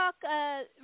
talk